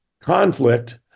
conflict